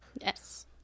Yes